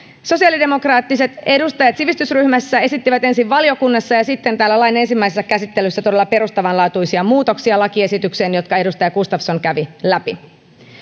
sosiaalidemokraattiset edustajat sivistysryhmässä esittivät ensin valiokunnassa ja sitten täällä lain ensimmäisessä käsittelyssä todella perustavanlaatuisia muutoksia lakiesitykseen jotka edustaja gustafsson kävi läpi